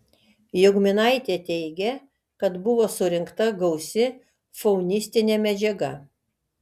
jogminaitė teigė kad buvo surinkta gausi faunistinė medžiaga